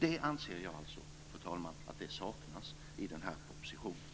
Det anser jag, fru talman, saknas i den här propositionen.